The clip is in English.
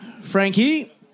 Frankie